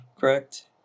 correct